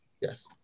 Yes